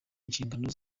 inshingano